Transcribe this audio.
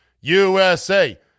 USA